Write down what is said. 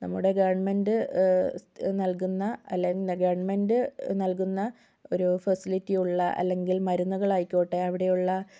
നമ്മുടെ ഗവൺമെന്റ് നൽകുന്ന അല്ലെങ്കിൽ ഗവൺന്മെന്റ് നൽകുന്ന ഒരു ഫെസിലിറ്റി ഉള്ള അല്ലെങ്കിൽ മരുന്നുകൾ ആയിക്കോട്ടെ അവിടെ ഉള്ള